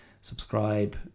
subscribe